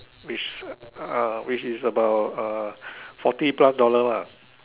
which uh which is about uh forty plus dollars lah